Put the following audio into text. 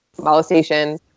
molestation